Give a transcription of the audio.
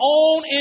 own